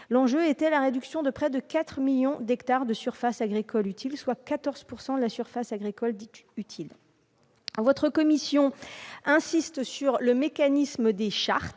l'enjeu était la réduction de près de 4 millions d'hectares de surface agricole utile, soit 14 % de la surface agricole dite utile. La commission insiste sur le mécanisme des chartes